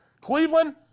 Cleveland